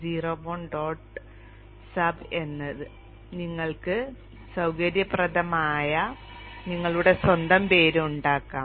01 dot sub നിങ്ങൾക്ക് സൌകര്യപ്രദമായ നിങ്ങളുടെ സ്വന്തം പേര് ഉണ്ടാക്കാം